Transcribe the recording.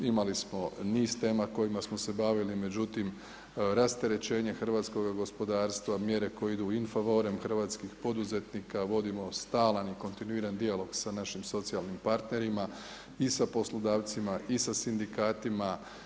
Imali smo niz tema kojima smo se bavili, međutim rasterećenje hrvatskog gospodarstva koje idu in favorem hrvatskih poduzetnika, vodimo stalan i kontinuiran dijalog sa našim socijalnim partnerima i sa poslodavcima i sa sindikatima.